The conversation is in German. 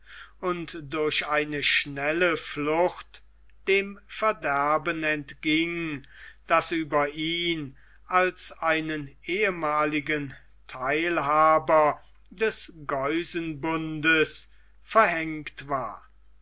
und durch eine schnelle flucht dem verderben entging das über ihn als einen ehemaligen theilhaber des geusenbundes verhängt war